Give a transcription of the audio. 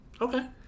Okay